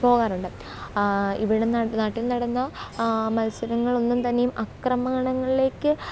ഇവിടെ നിന്ന് നാട്ടില് നടന്ന മത്സരങ്ങളൊന്നും തന്നെയും ആക്രമണങ്ങളിലേക്ക്